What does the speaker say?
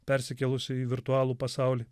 persikėlusi į virtualų pasaulį